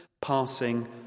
passing